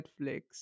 Netflix